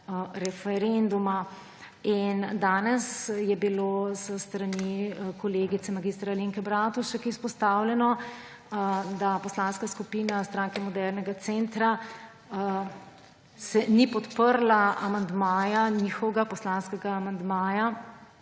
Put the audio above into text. referenduma. In danes je bilo s strani kolegice mag. Alenke Bratušek izpostavljeno, da Poslanska skupina Stranke modernega centra ni podprla poslanskega amandmaja